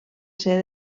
ser